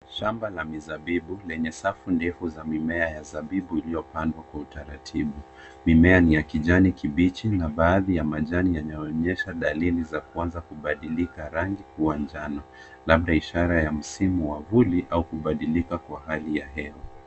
Shamba la mzabibu lenye safu ndefu za mimea ya zabibu ilyopandwa kwa utaratibu. Mimea ni ya kijani kibichi na baathi ya majani yanaonyesha dalili za kuanza kubadilika rangi kuwa njano labda ishara ya msimu wa vuli au kubadilika kwa hali ya hewa.